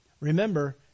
Remember